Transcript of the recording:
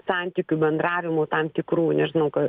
santykių bendravimo tam tikrų nežinau ka